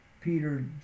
Peter